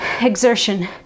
exertion